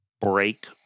break